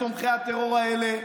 תומכי הטרור האלה,